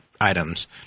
items